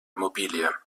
immobilie